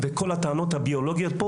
כל הטענות הביולוגיות,